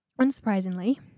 Unsurprisingly